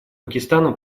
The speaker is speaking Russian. пакистана